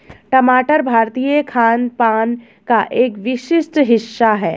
टमाटर भारतीय खानपान का एक विशिष्ट हिस्सा है